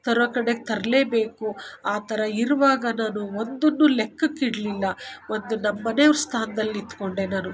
ತರೋ ಕಡೆ ತರಲೇ ಬೇಕು ಆ ಥರ ಇರುವಾಗ ನಾನು ಒಂದನ್ನು ಲೆಕ್ಕಕ್ಕೆ ಇಡ್ಲಿಲ್ಲ ಒಂದು ನಮ್ಮ ಮನೆಯವ್ರ ಸ್ಥಾನದಲ್ಲಿ ನಿತ್ಕೊಂಡೆ ನಾನು ಒಂದು